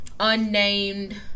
unnamed